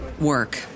work